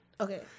Okay